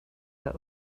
that